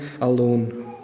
alone